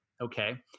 okay